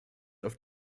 auf